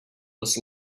was